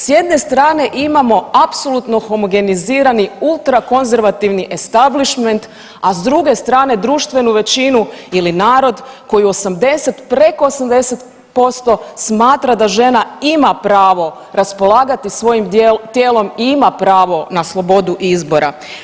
S jedne strane imamo apsolutno homogenizirani ultra konzervativni establišment a s druge strane društvenu većinu ili narod koji preko 80% smatra da žena ima pravo raspolagati svojim tijelom i ima pravo na slobodu izbora.